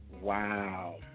Wow